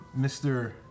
Mr